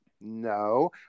No